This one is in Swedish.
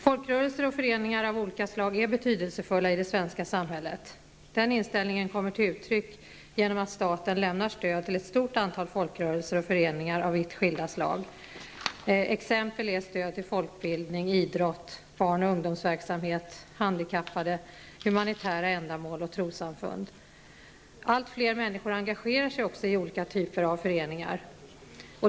Folkrörelsen och föreningar av olika slag är betydelsefulla i det svenska samhället. Denna inställning kommer till uttryck genom att staten lämnar stöd till ett stort antal folkrörelser och föreningar av vitt skilda slag. Exempel är stöd till folkbildning, idrott, barn och ungdomsverksamhet, handikappade, humanitära ändamål och trossamfund. Allt fler människor engagerar sig också i olika typer av föreningar.